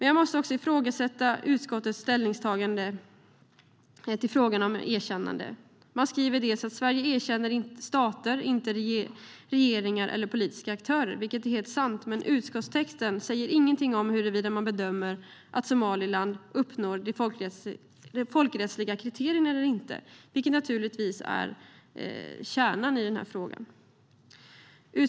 Jag måste också ifrågasätta utskottets ställningstagande i frågan om erkännande. Utskottet skriver att Sverige erkänner stater, inte regeringar eller politiska aktörer, vilket är helt sant. Men utskottstexten säger ingenting om huruvida man bedömer att Somaliland uppnår de folkrättsliga kriterierna eller inte, vilket naturligtvis är kärnan i frågan.